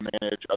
manage